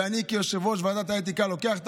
ואני כיושב-ראש ועדת האתיקה לוקח את